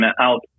out